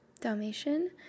Dalmatian